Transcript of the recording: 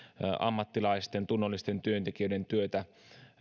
ammattilaisten tunnollisten työntekijöiden työtä